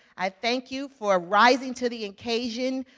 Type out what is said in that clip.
i thank you for rising to the occasion.